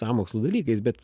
sąmokslų dalykais bet